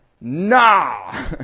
Nah